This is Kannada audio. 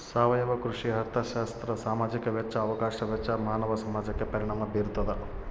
ಸಾವಯವ ಕೃಷಿ ಅರ್ಥಶಾಸ್ತ್ರ ಸಾಮಾಜಿಕ ವೆಚ್ಚ ಅವಕಾಶ ವೆಚ್ಚ ಮಾನವ ಸಮಾಜಕ್ಕೆ ಪರಿಣಾಮ ಬೀರ್ತಾದ